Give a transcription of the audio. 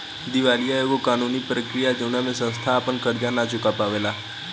दिवालीया एगो कानूनी प्रक्रिया ह जवना में संस्था आपन कर्जा ना चूका पावेला